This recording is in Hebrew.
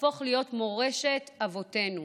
להפוך להיות מורשת אבותינו,